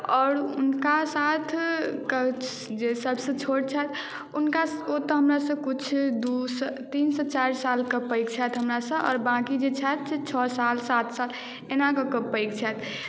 आओर हुनका साथके जे सभसँ छोट छथि उनका ओतय हमरासँ किछु दूसँ तीनसँ चारि सालके पैघ छथि हमरासँ आओर बाँकी जे छथि से छओ साल सात साल एना कऽ कऽ पैघ छथि